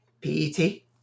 P-E-T